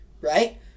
right